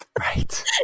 Right